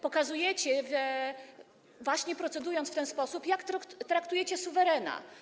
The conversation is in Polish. Pokazujecie właśnie, procedując w ten sposób, jak traktujecie suwerena.